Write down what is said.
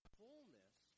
fullness